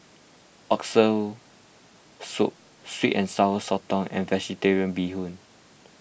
Oxtail Soup Sweet and Sour Sotong and Vegetarian Bee Hoon